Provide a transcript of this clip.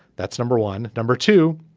that's number one. number two